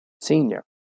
senior